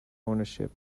ownership